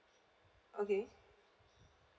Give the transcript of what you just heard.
okay